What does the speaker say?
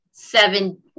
seven